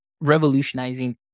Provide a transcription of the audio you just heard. revolutionizing